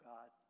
God